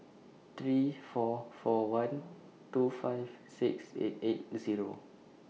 three four four one two five six eight eight Zero